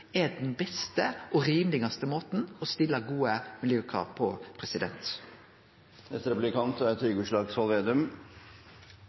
er den beste og rimelegaste måten å stille gode miljøkrav på.